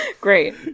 Great